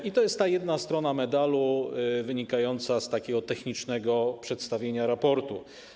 I to jest jedna strona medalu wynikająca z takiego technicznego przedstawienia raportu.